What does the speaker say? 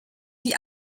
die